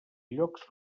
llocs